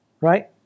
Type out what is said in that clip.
right